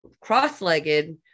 cross-legged